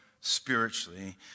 spiritually